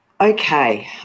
okay